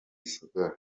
gisagara